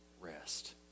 rest